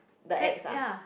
wait ya